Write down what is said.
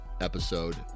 episode